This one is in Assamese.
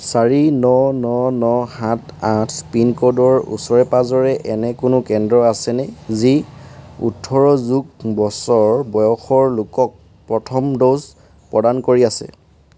চাৰি ন ন ন সাত আঠ পিনক'ডৰ ওচৰে পাঁজৰে এনে কোনো কেন্দ্ৰ আছেনে যি ওঠৰ যোগ বছৰ বয়সৰ লোকক প্ৰথম ড'জ প্ৰদান কৰি আছে